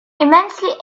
immensely